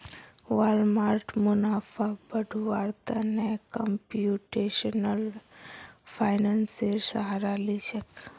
Walmart मुनाफा बढ़व्वार त न कंप्यूटेशनल फाइनेंसेर सहारा ली छेक